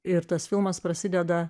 ir tas filmas prasideda